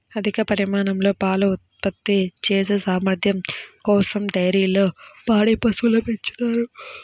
అధిక పరిమాణంలో పాలు ఉత్పత్తి చేసే సామర్థ్యం కోసం డైరీల్లో పాడి పశువులను పెంచుతారు